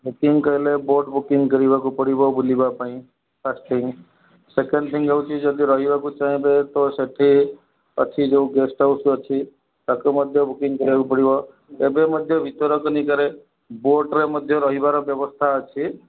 booking କଲେ boat booking କରିବାକୁ ପଡ଼ିବ ବୁଲିବା ପାଇଁ ଫାଷ୍ଟ୍ ଥିଙ୍ଗ୍ ସେକେଣ୍ଡ ଥିଙ୍ଗ୍ ହେଉଛି ଯଦି ରହିବାକୁ ଚାହିଁବେ ତ ସେଇଠି ଅଛି ଯେଉଁ ଗେଷ୍ଟ୍ ହାଉସ୍ ଅଛି ତାକୁ ମଧ୍ୟ ବୁକିଂ କରିବାକୁ ପଡ଼ିବ ଏବେ ମଧ୍ୟ ଭିତର କନିକାରେ ବୋଟ୍ରେ ମଧ୍ୟ ରହିବାର ବ୍ୟବସ୍ଥା ଅଛି